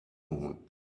moon